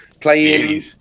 Playing